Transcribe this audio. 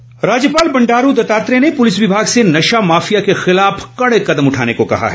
police meet राज्यपाल बंडारू दत्तात्रेय ने police विभाग से नशा माफिया के खिलाफ कड़े कदम उठाने को कहा है